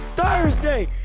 Thursday